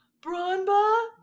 Bronba